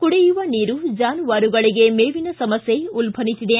ಕುಡಿಯುವ ನೀರು ಜಾನುವಾರುಗಳಿಗೆ ಮೇವಿನ ಸಮಸ್ಯೆ ಉಲ್ಲನಿಸಿದೆ